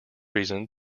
reason